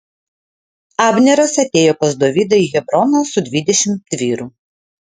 abneras atėjo pas dovydą į hebroną su dvidešimt vyrų